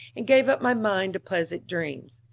and gave up my mind to pleasant dreams.